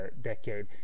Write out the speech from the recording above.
decade